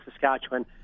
Saskatchewan